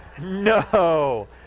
No